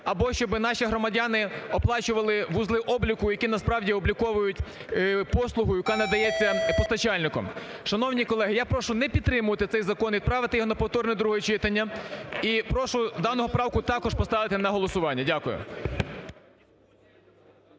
або, щоб наші громадяни оплачували вузли обліку, які насправді обліковують послугу, яка надається постачальником. Шановні колеги! Я прошу не підтримувати цей закон. Відправити його на повторне друге читання. І прошу дану поправку також поставити на голосування. Дякую.